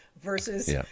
versus